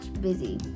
busy